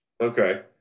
okay